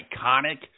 iconic